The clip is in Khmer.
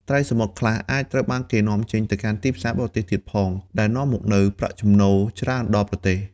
ត្រីសមុទ្រខ្លះអាចត្រូវបានគេនាំចេញទៅកាន់ទីផ្សារបរទេសទៀតផង ដែលនាំមកនូវប្រាក់ចំណូលច្រើនដល់ប្រទេស។